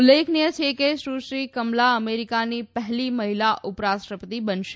ઉલ્લેખનીય છે કે સુશ્રી કમલા અમેરીકાની પહેલી મહિલા ઉપરાષ્ટ્રપતિ બનશે